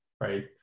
right